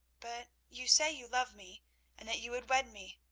but you say you love me and that you would wed me,